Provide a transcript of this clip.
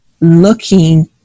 looking